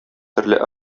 төрле